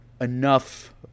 enough